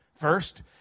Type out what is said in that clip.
first